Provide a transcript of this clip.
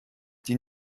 die